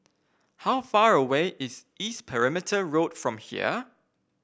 how far away is East Perimeter Road from here